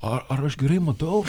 ar ar aš gerai matau